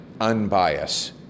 unbiased